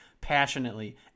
passionately